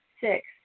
Six